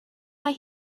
why